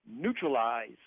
neutralize